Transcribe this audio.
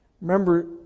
Remember